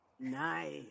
nice